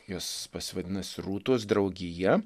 jos pasivadinus rūtos draugija